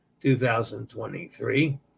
2023